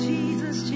Jesus